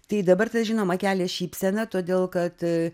tai dabar tas žinoma kelia šypseną todėl kad